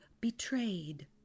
betrayed